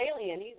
alien